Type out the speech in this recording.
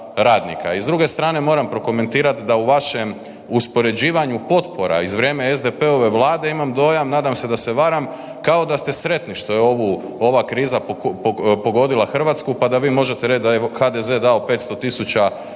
I s druge strane moram prokomentirati da u vašem uspoređivanju potpora iz SDP-ove vlade imam dojam, nadam se da se varam, kao da ste sretni što je ovu, ova kriza pogodila Hrvatsku pa da vi možete reći da je HDZ dao 500.000